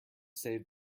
save